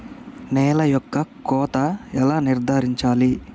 నేల యొక్క కోత ఎలా నిర్ధారించాలి?